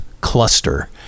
Cluster